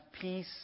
peace